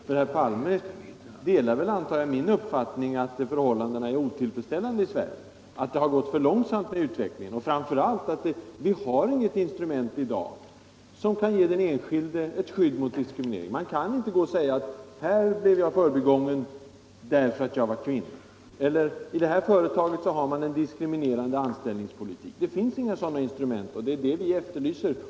Herr Palme delar, antar jag, min uppfattning att förhållandena är otillfredsställande i Sverige, att det har gått för långsamt med utvecklingen och framför allt att vi i dag inte har något instrument som kan ge den enskilde skydd mot diskriminering. Man kan inte gå till någon instans och säga: ”Här blev jag förbigången därför att jag är kvinna”, eller: ”I det här företaget har man en diskriminerande anställningspolitik.” Det finns inget sådant instrument, och det är vad vi efterlyser.